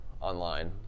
online